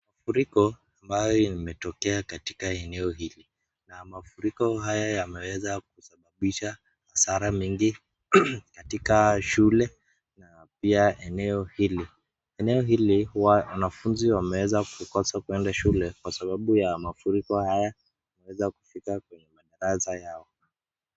Mafuriko ambayo imetokea katika eneo hili na mafuriko haya yameweza kusababisha hasara mingi katika shule na pia eneo hili. Eneo hili huwa wanafunzi wameweza kukosa kuenda shule kwa sababu ya mafuriko haya yameweza kufika kwenye madarasa yao.